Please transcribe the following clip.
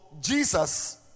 Jesus